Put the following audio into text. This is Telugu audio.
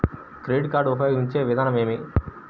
క్రెడిట్ కార్డు ఉపయోగించే విధానం ఏమి?